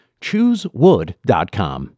Choosewood.com